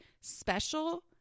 special